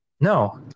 No